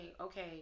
okay